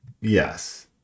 Yes